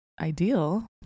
ideal